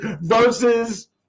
versus